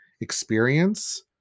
experience